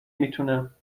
میتونم